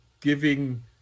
giving